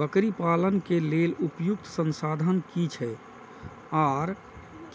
बकरी पालन के लेल उपयुक्त संसाधन की छै आर